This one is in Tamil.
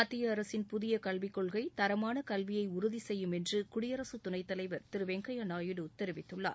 மத்திய அரசின் புதிய கல்வி கொள்கை தரமான கல்வியை உறுதி செய்யும் என்று குடியரசு துணைத் தலைவர் திரு வெங்கையா நாயுடு தெரிவித்துள்ளார்